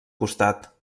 costat